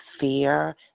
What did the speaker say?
fear